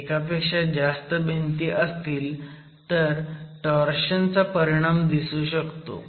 एकापेक्षा जास्त भिंती असतील तर टोर्शन चा परिणाम दिसू शकतो